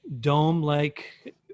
dome-like